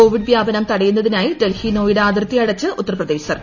Covid വ്യാപനം ത്ടയുന്നതിനായി ഡൽഹി നോയിഡ ന് അതിർത്തി അടച്ച് ഉത്തർപ്രദേശ് സർക്കാർ